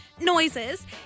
noises